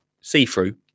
see-through